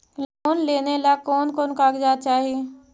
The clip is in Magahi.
लोन लेने ला कोन कोन कागजात चाही?